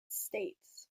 states